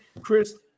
Chris